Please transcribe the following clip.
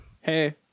Hey